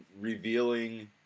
revealing